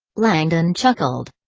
langdon chuckled.